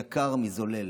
יקר מזולל.